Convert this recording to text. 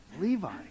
Levi